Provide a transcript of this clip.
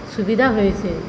সুবিধা হয়েছে